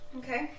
okay